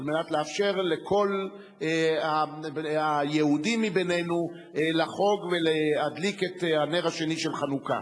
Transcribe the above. על מנת לאפשר לכל היהודים מבינינו לחוג ולהדליק את הנר השני של חנוכה.